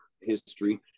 history